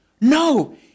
No